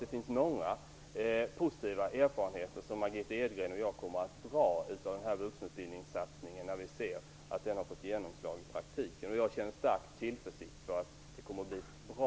Det finns många positiva erfarenheter som Margitta Edgren och jag kommer att kunna dra av denna vuxenutbildningssatsning när vi ser hur den har fått genomslag i praktiken. Jag hyser stark tillförsikt för att resultatet kommer att bli bra.